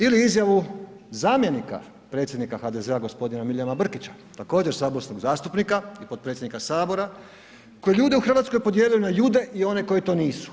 Ili izjavu zamjenika predsjednika HDZ-a, g. Milijana Brkića, također saborskog zastupnika i potpredsjednika Sabora koji je ljude u Hrvatskoj podijelio na Jude i one koji to nisu.